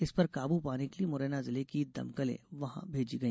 इस पर काबू पाने के लिये मुरैना जिले की दमकलें वहां भेजी गई